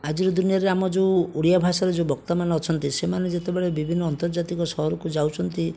ଆଜିର ଦୁନିଆରେ ଆମ ଯେଉଁ ଓଡ଼ିଆ ଭାଷାର ଯେଉଁ ବକ୍ତାମାନେ ଅଛନ୍ତି ସେମାନେ ଯେତେବେଳେ ବିଭିନ୍ନ ଅନ୍ତର୍ଜାତିକ ସହରକୁ ଯାଉଛନ୍ତି